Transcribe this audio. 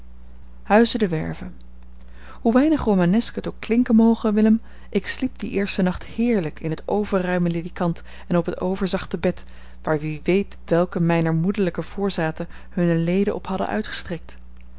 de werve hoe weinig romanesk het ook klinken moge willem ik sliep dien eersten nacht heerlijk in het overruime ledikant en op het overzachte bed waar wie weet welke mijner moederlijke voorzaten hunne leden op hadden uitgestrekt